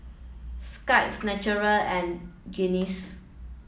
Skittles Naturel and Guinness